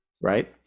right